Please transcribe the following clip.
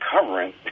covering